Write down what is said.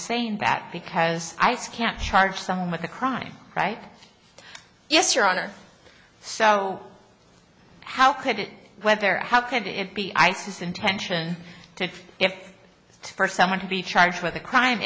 saying that because ice can charge someone with a crime right yes your honor so how could it whether how could it be isis intention to if for someone to be charged with a crime